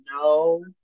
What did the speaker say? no